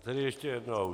Tedy ještě jednou.